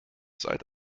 seit